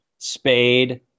spade